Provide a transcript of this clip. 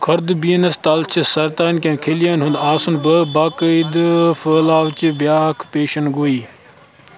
خُردٕبیٖنَس تَل چھِ سرتان كین خلِین ہُند آسُن باقٲیِدٕ پھٲلاوٕچہِ بِیاکھ پیشَن گویی